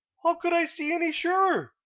how could i see any surer?